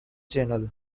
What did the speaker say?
channel